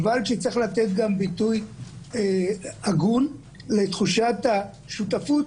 אלא לתת גם ביטוי הגון לתחושת השותפות.